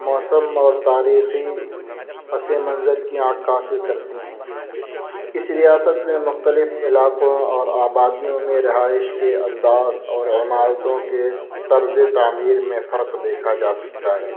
موسم اور تاریخی پس منظر کی عکاسی کرتی ہیں اس ریاست میں مختلف علاقوں اور آبادیوں میں رہائش کے انداز اور عمارتوں کے طرز تعمیر میں فرق دیکھا جا سکتا ہے